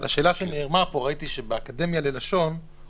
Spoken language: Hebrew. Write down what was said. מה שידידי פרופסור מור-יוסף אמר הם דברי אלוהים חיים.